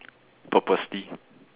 purposely